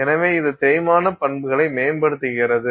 எனவே இது தேய்மான பண்புக்களை மேம்படுத்துகிறது